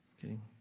kidding